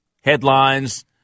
headlines